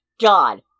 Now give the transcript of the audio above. God